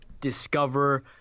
discover